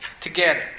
together